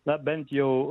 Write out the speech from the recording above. na bent jau